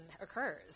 occurs